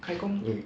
开工 !oi!